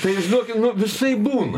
tai žinokit nu visaip būna